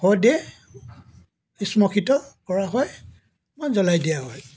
শৱদেহ শ্মশিত কৰা হয় বা জ্ৱলাই দিয়া হয়